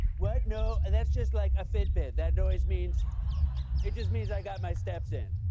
what? no. and that's just like a fitbit. that noise means it just means i got my steps in.